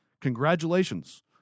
congratulations